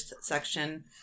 section